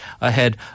ahead